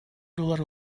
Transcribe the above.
dolar